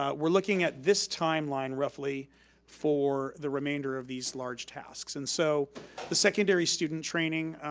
ah we're looking at this timeline roughly for the remainder of these large tasks and so the secondary student training,